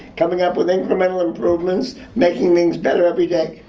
coming up with incremental improvements, making things better every day.